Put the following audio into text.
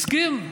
הסכים,